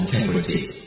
integrity